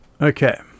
Okay